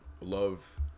love